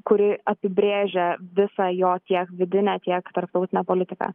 kuri apibrėžia visą jo tiek vidinę tiek tarptautinę politiką